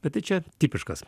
bet tai čia tipiškas